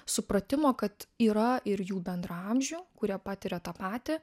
supratimo kad yra ir jų bendraamžių kurie patiria tą patį